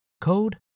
code